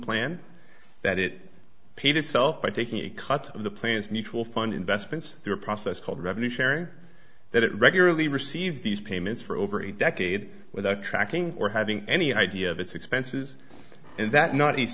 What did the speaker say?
plan that it paid itself by taking a cut of the plans mutual fund investments through a process called revenue sharing that it regularly received these payments for over a decade without tracking or having any idea of its expenses and that not